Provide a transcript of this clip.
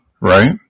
right